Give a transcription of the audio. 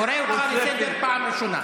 קורא אותך לסדר פעם ראשונה.